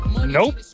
Nope